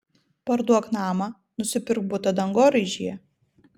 parduok namą nusipirk butą dangoraižyje